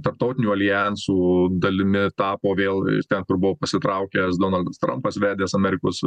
tarptautinių aljansų dalimi tapo vėl ten kur buvo pasitraukęs donaldas trumpas vedęs amerikos